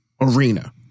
arena